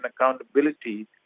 accountability